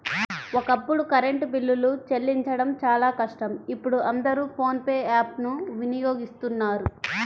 ఒకప్పుడు కరెంటు బిల్లులు చెల్లించడం చాలా కష్టం ఇప్పుడు అందరూ ఫోన్ పే యాప్ ను వినియోగిస్తున్నారు